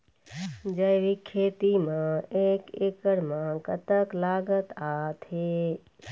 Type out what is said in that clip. जैविक खेती म एक एकड़ म कतक लागत आथे?